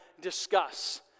discuss